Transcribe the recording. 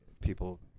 people